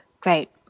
Great